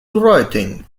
writing